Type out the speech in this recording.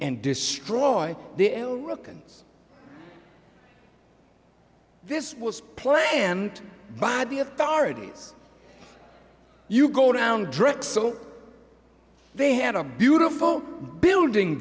and destroy the l work and this was planned by the authorities you go around drexel they had a beautiful building